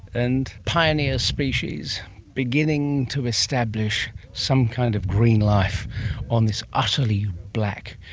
and pioneer species beginning to establish some kind of green life on this utterly black,